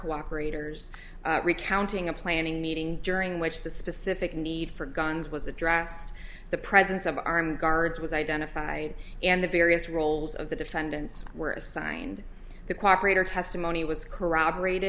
cooperators recounting a planning meeting during which the specific need for guns was addressed the presence of armed guards was identified and the various roles of the defendants were assigned to cooperate or testimony was corroborate